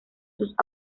sus